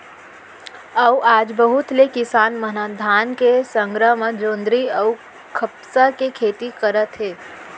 अउ आज बहुत ले किसान मन ह धान के संघरा म जोंधरी अउ कपसा के खेती करत हे